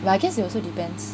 but I guess it also depends